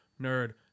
Nerd